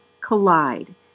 collide